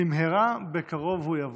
במהרה בקרוב הוא יבוא.